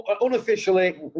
unofficially